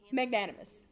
magnanimous